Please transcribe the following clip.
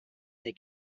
they